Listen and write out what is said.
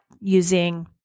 using